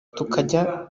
tukajya